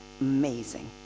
amazing